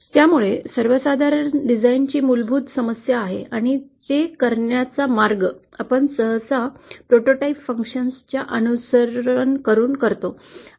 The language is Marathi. त्यामुळे सर्वसाधारण रचने ची ही मूलभूत समस्या आहे आणि ते करण्याचा मार्ग आपण सहसा काही नमुना कार्य च्या अनुसरण करतो